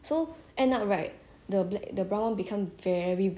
like literally obese rabbit right and then the black [one] very small